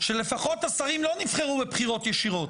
שלפחות השרים לא נבחרו בבחירות ישירות,